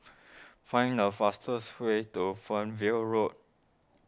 find the fastest way to Fernvale Road